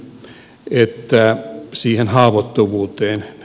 toinen liittyy siihen haavoittuvuuteen